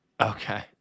okay